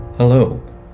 Hello